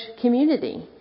community